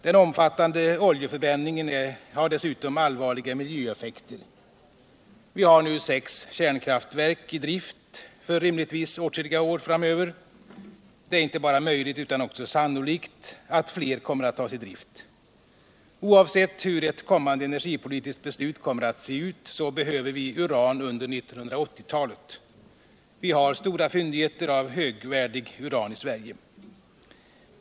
Den omfattande oljeförbränningen har dessutom allvarliga miljöeffekter. Vi har nu sex kärnkraftverk i drift för rimligtvis åtskilliga år framöver. Det är inte bara möjligt utan också sannolikt att fler kommer att tas I drift. Oavsett hur ett kommande energipolitiskt beslut kommer att se ut, behöver vi uran under 1980-talet. Vi har stora fyndigheter av högvärdig uran i Sverige.